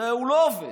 הרי הוא לא עובד.